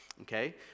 Okay